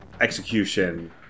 execution